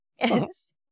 Yes